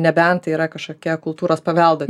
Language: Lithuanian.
nebent tai yra kažkokia kultūros paveldo